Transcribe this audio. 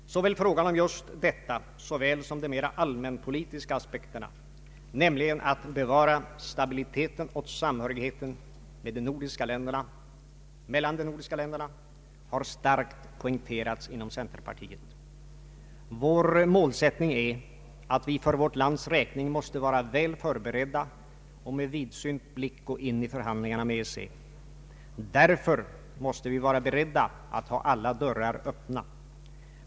Såväl just denna fråga som de mera allmänpolitiska aspekterna, nämligen att bevara stabiliteten och samhörigheten med de nordiska länderna, har starkt poängterats inom centerpartiet. Vår målsättning är att vi för vårt lands räkning måste vara väl förberedda och med vidsynt blick gå in i förhandlingarna med EEC. Därför måste vi vara beredda att ha alla dörrar öppna.